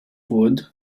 wood